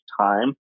time